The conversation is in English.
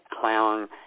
clown